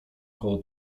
koło